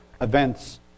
events